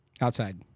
Outside